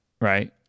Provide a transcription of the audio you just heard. right